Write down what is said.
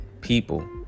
people